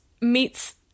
meets